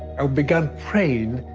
i began praying,